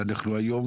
והיום,